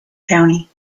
county